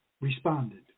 responded